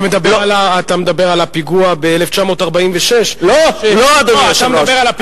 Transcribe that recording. אתה מדבר על הפיגוע ב-1946, לא, אדוני היושב-ראש.